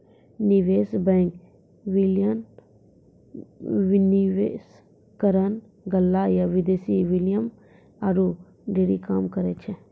निवेश बैंक, विलय, विनिवेशकरण, गल्ला या विदेशी विनिमय आरु ढेरी काम करै छै